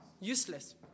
Useless